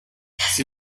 sie